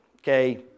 Okay